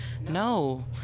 no